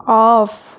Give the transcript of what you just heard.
of